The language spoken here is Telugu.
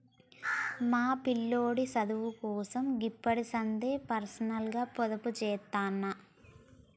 మా పిల్లోడి సదువుకోసం గిప్పడిసందే పర్సనల్గ పొదుపుజేత్తన్న